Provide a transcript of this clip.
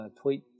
tweet